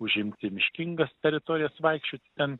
užimti miškingas teritorijas vaikščioti ten